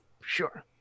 sure